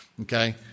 Okay